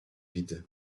widzę